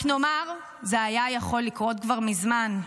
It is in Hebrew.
רק נאמר, זה היה יכול לקרות כבר מזמן.